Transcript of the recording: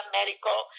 medical